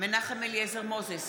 מנחם אליעזר מוזס,